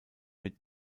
mit